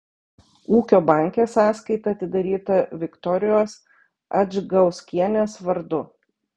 ūkio banke sąskaita atidaryta viktorijos adžgauskienės vardu